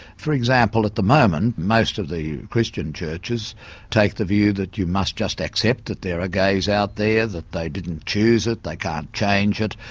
for example at the moment most of the christian churches take the view that you must just accept that there are ah gays out there, that they didn't choose it, they can't change it,